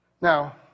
Now